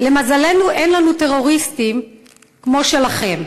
למזלנו אין לנו טרוריסטים כמו שלכם.